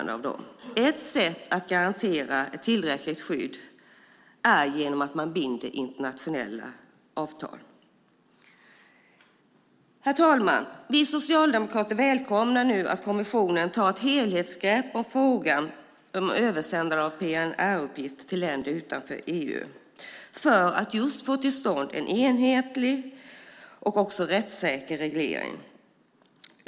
Ett sätt att garantera tillräckligt skydd är att binda internationella avtal. Herr talman! Vi socialdemokrater välkomnar nu att kommissionen tar ett helhetsgrepp om frågan om översändande av PNR-uppgift till länder utanför EU för att få till stånd en enhetlig och rättssäker reglering.